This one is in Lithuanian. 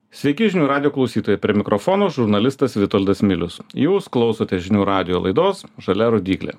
sveiki žinių radijo klausytojai prie mikrofono žurnalistas vitoldas milius jūs klausotės žinių radijo laidos žalia rodyklė